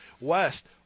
West